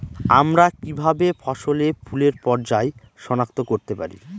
আমরা কিভাবে ফসলে ফুলের পর্যায় সনাক্ত করতে পারি?